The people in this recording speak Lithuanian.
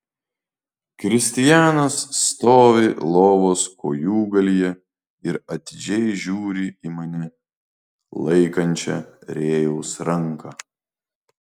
kristijanas stovi lovos kojūgalyje ir atidžiai žiūri į mane laikančią rėjaus ranką